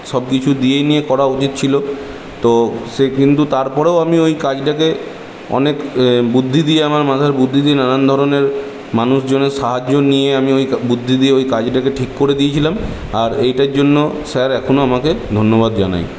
সব কিছু দিয়ে নিয়ে করা উচিত ছিল তো সে কিন্তু তারপরেও আমি ওই কাজটাকে অনেক বুদ্ধি দিয়ে আমার মাথার বুদ্ধি দিয়ে নানান ধরনের মানুষজনের সাহায্য নিয়ে আমি ওই বুদ্ধি দিয়ে ওই কাজটাকে ঠিক করে দিয়েছিলাম আর এটার জন্য স্যার এখনও আমাকে ধন্যবাদ জানায়